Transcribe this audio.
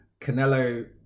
Canelo